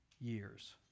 years